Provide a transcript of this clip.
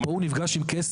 פה הוא נפגש עם כסף.